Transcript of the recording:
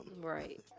Right